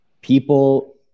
people